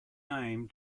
name